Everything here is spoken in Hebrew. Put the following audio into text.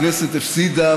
הכנסת הפסידה,